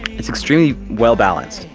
it's extremely well balanced.